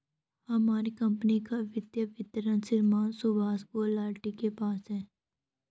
हमारी कम्पनी का वित्तीय विवरण श्रीमान सुभाष गुलाटी के पास है